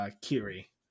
Kiri